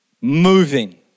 Moving